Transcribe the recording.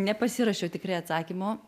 nepasiruošiau tikrai atsakymo